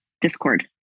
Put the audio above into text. discord